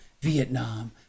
Vietnam